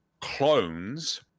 clones